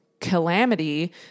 calamity